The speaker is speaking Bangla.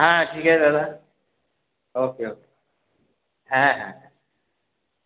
হ্যাঁ ঠিক আছে দাদা ওকে ওকে হ্যাঁ হ্যাঁ হ্যাঁ